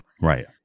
Right